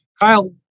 Kyle